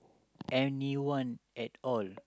anyone at all